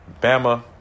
Bama